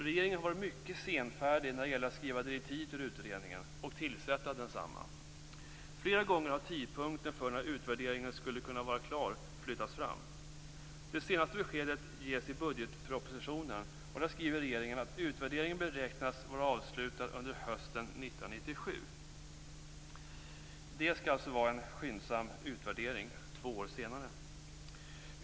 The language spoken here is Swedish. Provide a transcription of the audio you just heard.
Regeringen har varit mycket senfärdig när det gäller att skriva direktiv till utredningen och tillsätta densamma. Flera gånger har tidpunkten för när utvärderingen skulle kunna vara klar flyttats fram. Det senaste beskedet ges i budgetpropositionen, och där skriver regeringen att utvärderingen beräknas vara avslutad under hösten 1997. Det skall alltså vara en skyndsam utvärdering - två år senare!